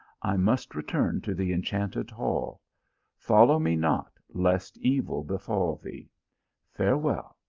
i must return to the enchanted hall follow me not, lest evil befall thee farewell,